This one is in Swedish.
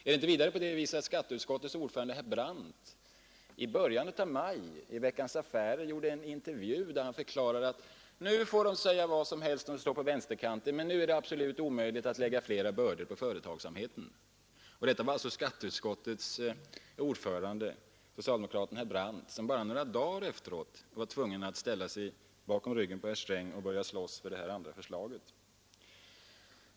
Är det inte vidare så att skatteutskottets ordförande herr Brandt i början av maj i en intervju i Veckans Affärer förklarade, att nu får de som står på vänsterkanten säga vad som helst, men nu är det absolut omöjligt att lägga fler bördor på företagsamheten? Det sade alltså skatteutskottets ordförande, socialdemokraten herr Brandt. Men bara några dagar därefter var han tvungen att ställa sig bakom ryggen på herr Sträng och börja slåss för det andra förslaget.